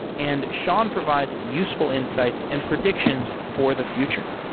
and sean provides useful insights and predictions for the future.